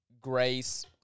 grace